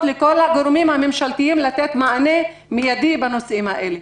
לכל הגורמים הממשלתיים לתת מענה מיידי בנושאים האלה.